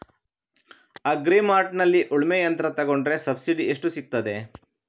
Agri ಮಾರ್ಟ್ನಲ್ಲಿ ಉಳ್ಮೆ ಯಂತ್ರ ತೆಕೊಂಡ್ರೆ ಸಬ್ಸಿಡಿ ಎಷ್ಟು ಸಿಕ್ತಾದೆ?